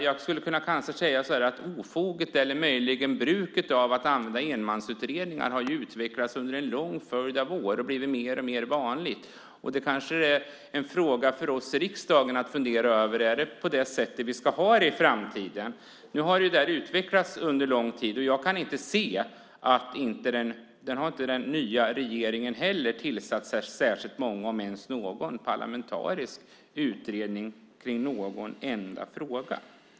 Jag skulle kanske säga att ofoget - möjligen bruket - att använda enmansutredningar har utvecklats under en lång följd av år och blivit mer och mer vanligt. Kanske är det en fråga för oss i riksdagen att fundera på om det är på det sättet vi ska ha det i framtiden. Nu har det där utvecklats under en lång tid. Jag kan inte se att den nya regeringen heller har tillsatt särskilt många om ens någon parlamentarisk utredning i någon enda fråga.